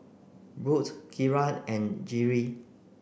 Burt Keira and Jerrie